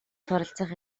суралцах